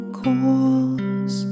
calls